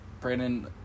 Brandon